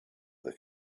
the